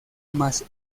más